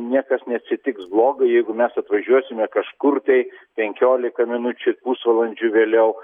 niekas neatsitiks blogo jeigu mes atvažiuosime kažkur tai penkiolika minučių ir pusvalandžiu vėliau